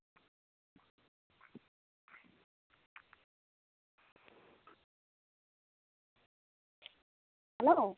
hello